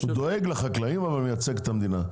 הוא דואג לחקלאים, אבל מייצג את המדינה.